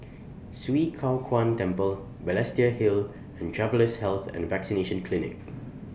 Swee Kow Kuan Temple Balestier Hill and Travellers' Health and Vaccination Clinic